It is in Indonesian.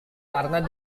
karena